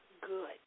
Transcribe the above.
good